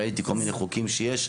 ראיתי כל מיני חוקים שיש.